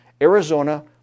Arizona